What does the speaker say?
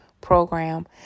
program